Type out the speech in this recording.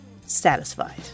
satisfied